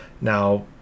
now